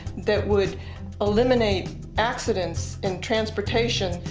that would eliminate accidents in transportation,